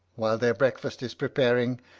while their breakfast is preparing,